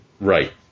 Right